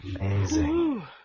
Amazing